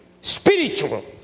spiritual